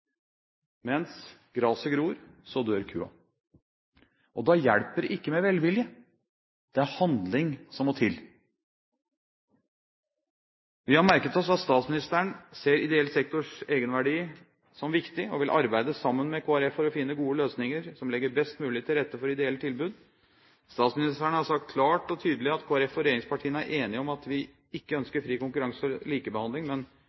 Mens graset gror, dør kua, og da hjelper det ikke med velvilje, det er handling som må til. Vi har merket oss at statsministeren ser ideell sektors egenverdi som viktig og vil arbeide sammen med Kristelig Folkeparti for å finne gode løsninger som legger best mulig til rette for ideelle tilbud. Statsministeren har sagt klart og tydelig at Kristelig Folkeparti og regjeringspartiene er enige om at vi ikke ønsker fri konkurranse og likebehandling,